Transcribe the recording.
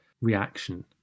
reaction